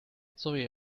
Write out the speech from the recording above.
sorry